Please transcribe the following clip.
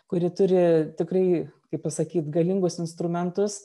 kuri turi tikrai kaip pasakyt galingus instrumentus